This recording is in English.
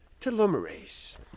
telomerase